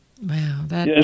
Wow